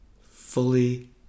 fully